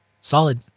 Solid